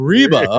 Reba